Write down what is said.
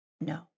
No